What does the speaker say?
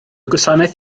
gwasanaeth